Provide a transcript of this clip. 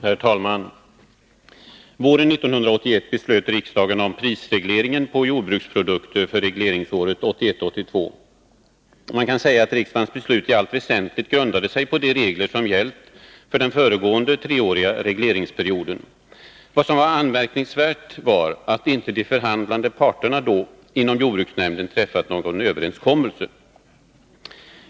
Herr talman! Våren 1981 beslöt riksdagen om prisregleringen på jordbruksprodukter för regleringsåret 1981/82. Man kan säga att riksdagens beslut i allt väsentligt grundade sig på de regler som gällt för den föregående treåriga regleringsperioden. Anmärkningsvärt var emellertid att inte de förhandlande parterna inom jordbruksnämnden träffat någon överenskommelse.